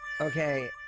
Okay